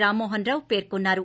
రామ్మోహన్ రావు పేర్కొన్నారు